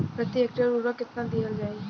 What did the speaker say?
प्रति हेक्टेयर उर्वरक केतना दिहल जाई?